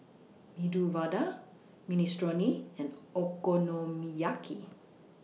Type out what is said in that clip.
Medu Vada Minestrone and Okonomiyaki